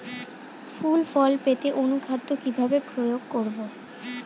ফুল ফল পেতে অনুখাদ্য কিভাবে প্রয়োগ করব?